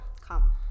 come